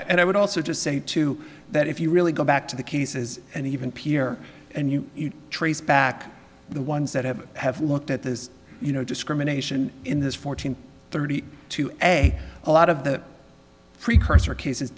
proffered and i would also just say too that if you really go back to the cases and even peer and you trace back the ones that have have looked at this you know discrimination in this fourteen thirty two a lot of the precursor cases